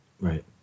right